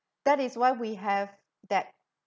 that is why we have that